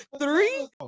Three